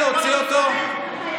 סימון דוידסון,